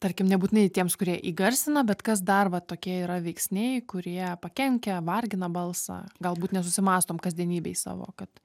tarkim nebūtinai tiems kurie įgarsina bet kas dar va tokie yra veiksniai kurie pakenkia vargina balsą galbūt nesusimąstom kasdienybėj savo kad